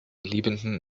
liebenden